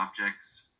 objects